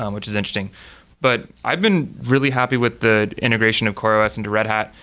um which is interesting but i've been really happy with the integration of coreos into red hat.